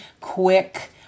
quick